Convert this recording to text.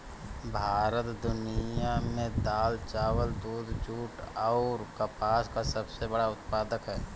भारत दुनिया में दाल चावल दूध जूट आउर कपास का सबसे बड़ा उत्पादक ह